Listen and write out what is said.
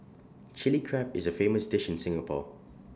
Chilli Crab is A famous dish in Singapore